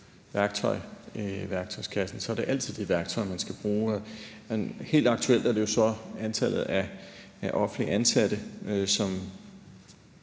værktøjskassen, så er det altid det værktøj, man skal bruge. Helt aktuelt er det jo så antallet af offentligt ansatte, som